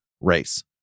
race